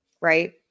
right